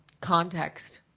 context